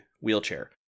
wheelchair